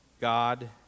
God